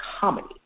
comedy